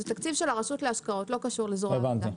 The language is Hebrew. זה תקציב של הרשות להשקעות, לא קשור לזרוע העבודה.